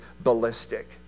ballistic